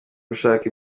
gushaka